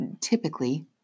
Typically